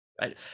right